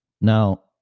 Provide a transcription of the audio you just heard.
now